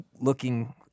looking